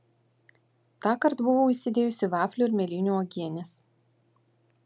tąkart buvau įsidėjusi vaflių ir mėlynių uogienės